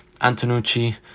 Antonucci